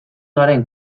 garen